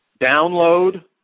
download